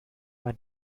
war